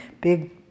big